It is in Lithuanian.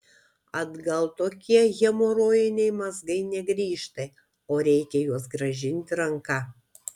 atgal tokie hemorojiniai mazgai negrįžta o reikia juos grąžinti ranka